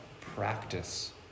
practice